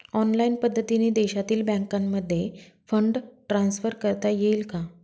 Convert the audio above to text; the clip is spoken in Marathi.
ऑनलाईन पद्धतीने देशातील बँकांमध्ये फंड ट्रान्सफर करता येईल का?